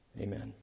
Amen